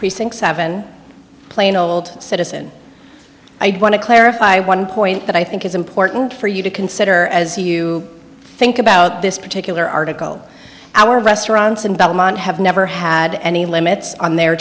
precinct seven plain old citizen i want to clarify one point that i think is important for you to consider as you think about this particular article our restaurants and government have never had any limits on their